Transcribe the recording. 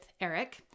Eric